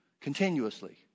continuously